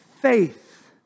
faith